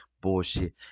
bullshit